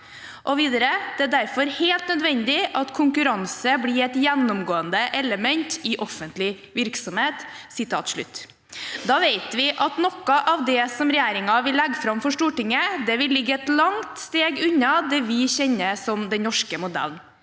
står det: «Det er derfor helt nødvendig at konkurranse blir et gjennomgående element i offentlig virksomhet.» Da vet vi at noe av det regjeringen vil legge fram for Stortinget, vil ligge et langt steg unna det vi kjenner som den norske modellen.